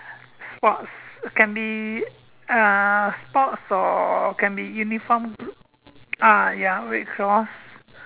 sports can be uh sports or can be unifrom group ah ya red cross